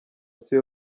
siyo